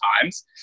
times